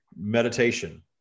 meditation